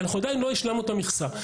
אנחנו עדיין לא השלמנו את המכסה.